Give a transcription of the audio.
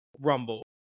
rumble